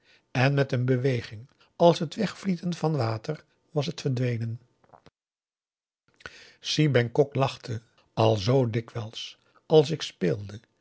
en met een beweging als het wegvlieten van water was het verdwenen si bengkok lachte al zoo dikwijls als ik speelde